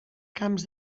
camps